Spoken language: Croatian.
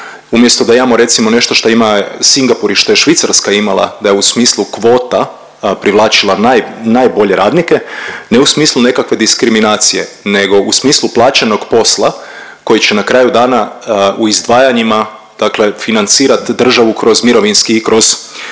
umjesto da imamo recimo nešto šta ima Singapur i što je Švicarska imala da je u smislu kvota privlačila naj… najbolje radnike ne u smislu nekakve diskriminacije nego u smislu plaćenog posla koji će na kraju dana u izdvajanjima dakle financirat državu kroz mirovinski i kroz zdravstveni